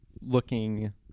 looking